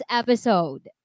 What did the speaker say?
episode